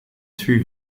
two